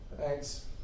thanks